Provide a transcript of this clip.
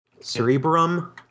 cerebrum